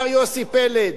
השר יוסי פלד,